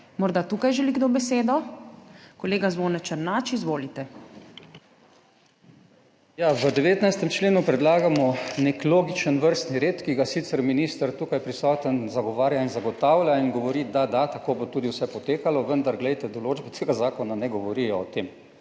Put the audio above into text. Morda tukaj želi kdo besedo? Kolega Zvone Černač, izvolite. ZVONKO ČERNAČ (PS SDS): V 19. členu predlagamo neki logičen vrstni red, ki ga sicer minister, tukaj prisoten, zagovarja in zagotavlja in govori, da da, tako bo tudi vse potekalo. Vendar glejte, določbe tega zakona ne govorijo o tem.